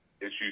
issues